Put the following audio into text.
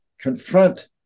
confront